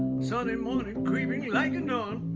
sunday morning creeping like a nun